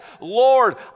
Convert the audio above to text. Lord